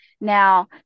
Now